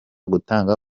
gutanga